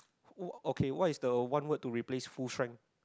oh okay what is the one word to replace full strength